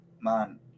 man